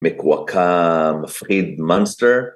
מקועקע, מפחיד, מאנסטר